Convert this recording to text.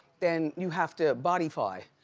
then you have to bodify.